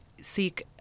seek